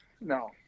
no